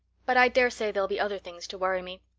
but i dare say there'll be other things to worry me.